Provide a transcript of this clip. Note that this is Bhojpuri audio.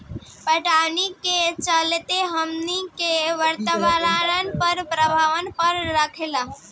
पटवनी के चलते हमनी के वातावरण पर प्रभाव पड़ रहल बा